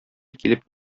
килеп